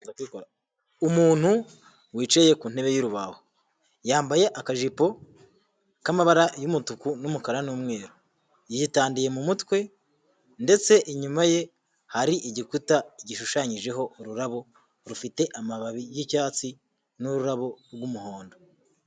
Umuntu wicaye ku ntebe y'urubaho yambaye akajipo k'amabara y'umutuku n'umukara n'umweru, yitadiye mu mutwe ndetse inyuma ye hari igikuta gishushanyijeho ururabo rufite amababi y'icyatsi n'ururabo rw'umuhondo.